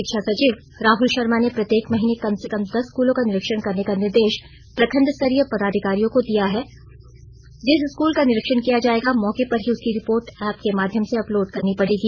शिक्षा सचिव राहल शर्मा ने प्रत्येक महीने कम से कम दस स्कूलों का निरीक्षण करने का निर्देश प्रखण्डस्तरीय पदाधिकारियों को दिया है जिस स्कूल का निरीक्षण किया जाएगा मौके पर ही उसकी रिपोर्ट एप्प के माध्यम से अपलोड करनी पड़ेगी